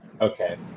Okay